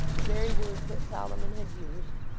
the very words that solomon had used,